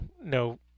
no